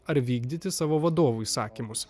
ar vykdyti savo vadovų įsakymus